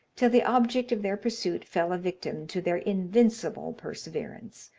till the object of their pursuit fell a victim to their invincible perseverance,